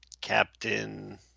Captain